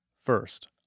First